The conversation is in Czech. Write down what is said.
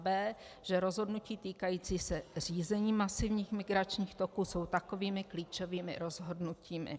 b) že rozhodnutí týkající se řízení masivních migračních toků jsou takovými klíčovými rozhodnutími.